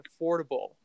affordable